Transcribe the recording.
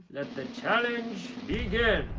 let the challenge begin!